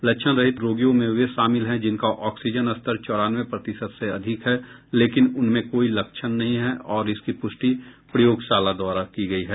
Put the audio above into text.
लक्षणरहित रोगियों में वे शामिल हैं जिनका ऑक्सीजन स्तर चौरानवे प्रतिशत से अधिक है लेकिन उन्हें कोई लक्षण नहीं है और इसकी प्रष्टि प्रयोगशाला द्वारा की गई है